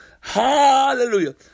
hallelujah